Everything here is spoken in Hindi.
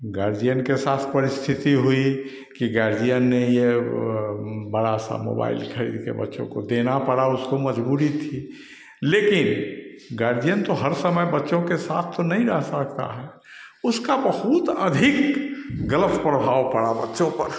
गार्जियन के साथ परिस्थिति हुई कि गार्जियन ने यह बड़ा सा मोबाइल खरीद के बच्चों को देना पड़ा उसको मज़बूरी थी लेकिन गार्जियन तो हर समय बच्चों के साथ तो नहीं रह सकता है उसका बहुत अधिक गलत प्रभाव पड़ा बच्चों पर